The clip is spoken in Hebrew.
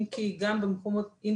גם במקומות אחרים,